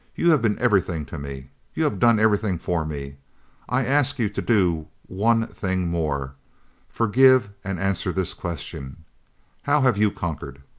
you have been everything to me you have done everything for me i ask you to do one thing more forgive and answer this question how have you conquered?